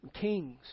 kings